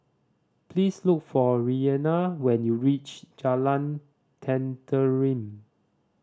please look for Raina when you reach Jalan Tenteram